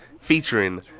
featuring